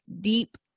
deep